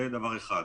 זה דבר אחד.